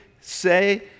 say